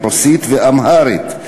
רוסית ואמהרית,